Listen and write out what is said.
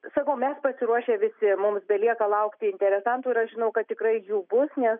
sakau mes pasiruošę visi mums belieka laukti interesantų ir aš žinau kad tikrai jų bus nes